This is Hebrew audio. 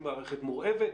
היא מערכת מורעבת,